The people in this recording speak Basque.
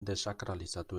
desakralizatu